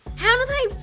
how do they,